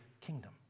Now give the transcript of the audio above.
kingdom